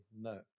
no